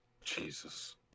Jesus